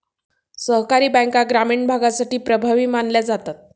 सहकारी बँका ग्रामीण भागासाठी प्रभावी मानल्या जातात